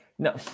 No